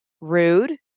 Rude